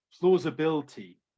plausibility